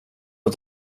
och